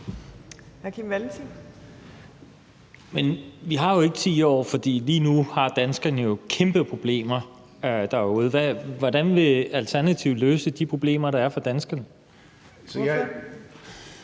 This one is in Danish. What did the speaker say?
vi har jo ikke 10 år, for lige nu har danskerne derude jo kæmpe problemer. Hvordan vil Alternativet løse de problemer, der er for danskerne? Kl.